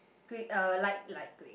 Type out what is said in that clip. grey uh light light grey